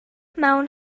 mewn